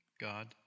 God